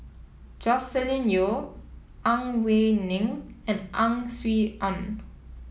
Joscelin Yeo Ang Wei Neng and Ang Swee Aun